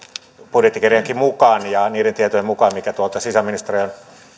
budjettikirjankin mukaan ja niiden tietojen mukaan mitä tuolta sisäministeriön